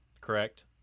correct